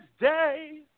day